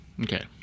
Okay